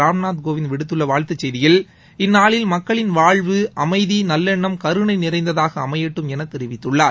ராம்நாத் கோவிந்த் வெளியிட்டுள்ள வாழ்த்துச் செய்தியில் இந்நாளில் மக்களின் வாழ்வு அமைதி நல்லெண்ணம் கருணை நிறைந்ததாக அமையட்டும் என தெரிவித்துள்ளார்